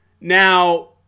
Now